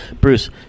Bruce